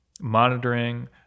monitoring